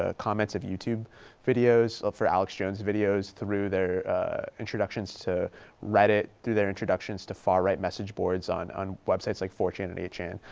ah comments of youtube videos for alex jones' videos through their introductions to reddit through their introductions to far right message boards on on websites like four chan and eight chan.